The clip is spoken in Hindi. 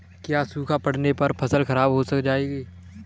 क्या सूखा पड़ने से फसल खराब हो जाएगी?